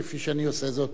כפי שאני עושה זאת